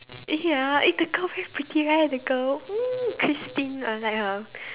eh ya eh the girlfriend pretty right the girl !ee! Christine I like her